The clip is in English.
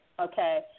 Okay